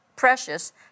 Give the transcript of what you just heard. Precious